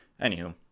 Anywho